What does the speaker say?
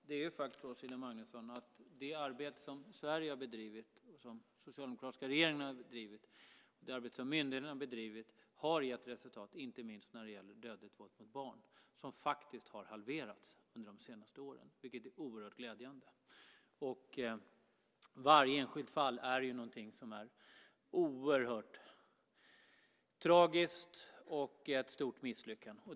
Herr talman! Det arbete som Sverige har bedrivit, som den socialdemokratiska regeringen och som myndigheterna bedrivit har gett resultat, Cecilia Magnusson, inte minst när det gäller dödligt våld mot barn. Detta har halverats under de senaste åren, vilket är oerhört glädjande. Varje enskilt fall är någonting som är oerhört tragiskt, och ett stort misslyckande.